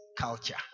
culture